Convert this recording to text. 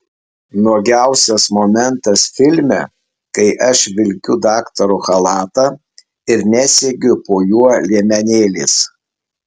nuogiausias momentas filme kai aš vilkiu daktaro chalatą ir nesegiu po juo liemenėlės